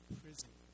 prison